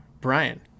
Brian